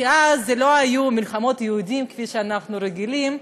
כי אז לא היו מלחמות יהודים כפי שאנחנו רגילים,